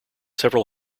several